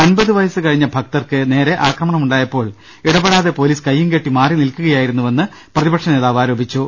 അൻപതു വയസു കഴിഞ്ഞ ഭക്തകൾക്ക് നേരെ ആക്രമണം ഉണ്ടായപ്പോൾ ഇടപെ ടാതെ പോലീസ് കൈയും കെട്ടി മാറി നിൽക്കുകയായിരുന്നുവെന്ന് പ്രതിപക്ഷ നേതാവ് ആരോപിച്ചു